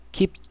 Keep